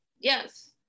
yes